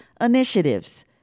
initiatives